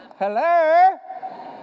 Hello